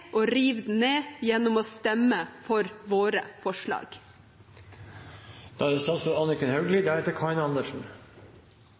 og rive den ned gjennom å stemme for våre forslag. Jeg registrerer at det